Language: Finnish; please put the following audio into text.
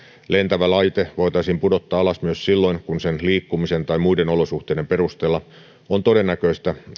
lentävä laite voitaisiin pudottaa alas myös silloin kun sen liikkumisen tai muiden olosuhteiden perusteella on todennäköistä